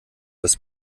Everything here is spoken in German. das